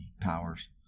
powers